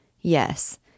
Yes